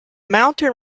mountain